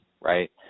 Right